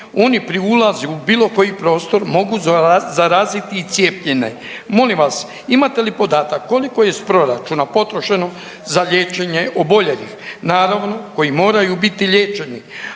oni pri ulazu u bilo koji prostor mogu zaraziti i cijepljenje. Molim vas, imate li podatak koliko je iz proračuna potrošeno za liječenje oboljelih, naravno koji moraju biti liječeni?